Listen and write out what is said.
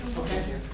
okay.